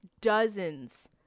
dozens